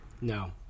No